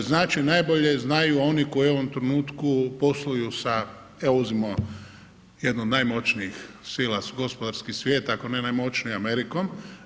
znači najbolje znaju oni koji u ovom trenutku posluju sa evo uzmimo jednu od najmoćnijih sila gospodarskog svijeta, ako ne najmoćnija Amerikom.